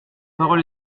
parole